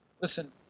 Listen